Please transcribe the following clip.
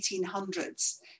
1800s